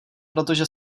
protože